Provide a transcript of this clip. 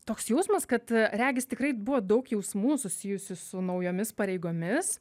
toks jausmas kad regis tikrai buvo daug jausmų susijusių su naujomis pareigomis